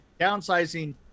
downsizing